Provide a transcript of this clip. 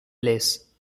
place